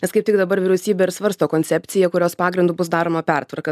nes kaip tik dabar vyriausybė ir svarsto koncepciją kurios pagrindu bus daroma pertvarka